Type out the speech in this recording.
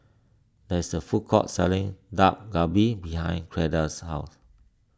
there is a food court selling Dak Galbi behind Cleda's house